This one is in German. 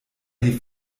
die